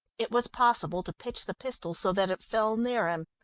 it was possible to pitch the pistol so that it fell near him.